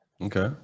Okay